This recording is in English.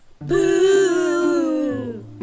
Boo